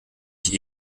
ich